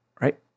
right